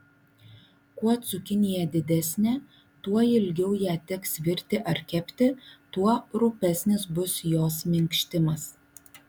kuo cukinija didesnė tuo ilgiau ją teks virti ar kepti tuo rupesnis bus jos minkštimas